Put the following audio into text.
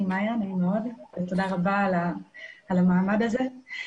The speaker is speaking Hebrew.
תודה רבה על המעמד הזה.